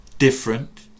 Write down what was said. different